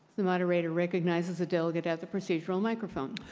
the moderator recognizes the delegate at the procedural microphone.